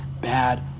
bad